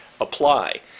apply